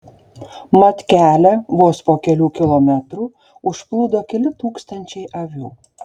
mat kelią vos po kelių kilometrų užplūdo keli tūkstančiai avių